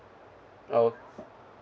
oh